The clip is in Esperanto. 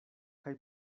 kaj